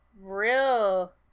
real